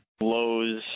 Lows